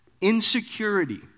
insecurity